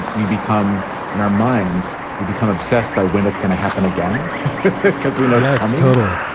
we become in our minds, we become obsessed by when it's going to happen again because we know yeah i'm totally.